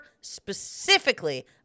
Specifically